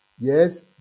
Yes